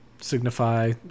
signify